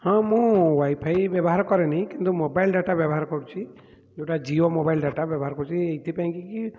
ହଁ ମୁଁ ୱାଇଫାଇ ବ୍ୟବହାର କରେନି କିନ୍ତୁ ମୋବାଇଲ୍ ଡାଟା ବ୍ୟବହାର କରୁଛି ଯେଉଁଟା ଜିଓ ମୋବାଇଲ୍ ଡାଟା ବ୍ୟବହାର କରୁଛି ଏଇଥିପାଇଁ କି